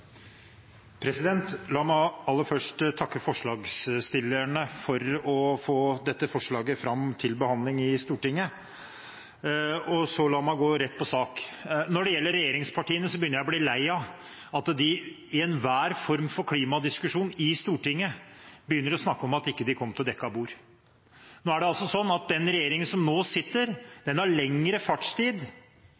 La meg aller først takke forslagsstillerne for å ha fått dette forslaget fram til behandling i Stortinget. La meg så gå rett på sak. Når det gjelder regjeringspartiene, begynner jeg å bli lei av at de i enhver form for klimadiskusjon i Stortinget begynner å snakke om at de ikke kom til dekket bord. Det er altså sånn at den regjeringen som nå sitter,